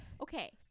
okay